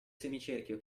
semicerchio